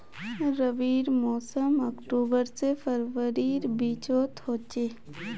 रविर मोसम अक्टूबर से फरवरीर बिचोत होचे